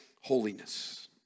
holiness